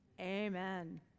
Amen